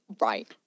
right